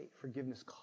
Forgiveness